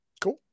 Cool